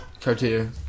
Cartier